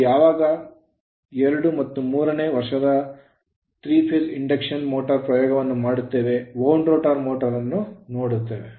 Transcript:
ನಾವು ಯಾವಾಗ 2 ಮತ್ತು 3 ನೇ ವರ್ಷದಲ್ಲಿ 3 ಫೇಸ್ ಇಂಡಕ್ಷನ್ ಮೋಟಾರ್ ಪ್ರಯೋಗವನ್ನು ಮಾಡುತ್ತೇವೆ wound rotor ರೋಟರ್ ಮೋಟರ್ ಅನ್ನು ನೋಡುತ್ತೇವೆ